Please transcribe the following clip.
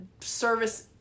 service